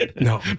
No